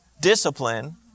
Discipline